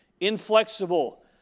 inflexible